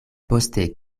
poste